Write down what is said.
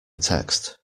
text